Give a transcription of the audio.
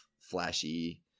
flashy